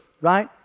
right